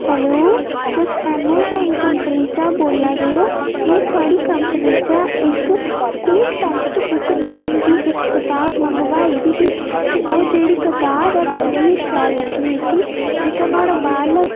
hello तुस Amazon company चा बोल्ला देओ में थुआढ़ी कंपनी चा इक स्कूल टैक्सट बुक नाम दी इक कताब मंगोआई दी ही ते ओह् जेह्ड़ी कताब ऐ बड़ी शैल लग्गी मिकी जेह्का नुहाड़ा बाह्रला